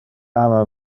ama